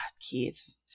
Keith